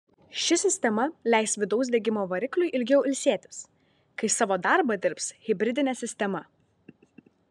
ši sistema leis vidaus degimo varikliui ilgiau ilsėtis kai savo darbą dirbs hibridinė sistema